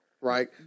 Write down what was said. Right